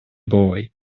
boy